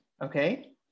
Okay